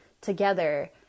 together